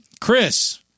Chris